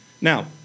Now